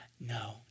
No